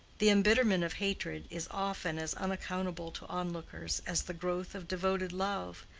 the embitterment of hatred is often as unaccountable to onlookers as the growth of devoted love,